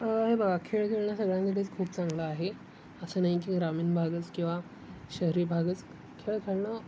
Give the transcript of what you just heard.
हे बघा खेळ खेळणं सगळ्यांसाठीच खूप चांगलं आहे असं नाही की ग्रामीण भागच किंवा शहरी भागच खेळ खेळणं